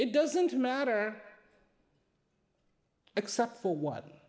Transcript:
it doesn't matter except for what